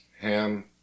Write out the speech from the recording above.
Ham